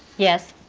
yes,